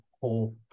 whole